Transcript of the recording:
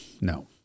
no